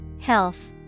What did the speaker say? Health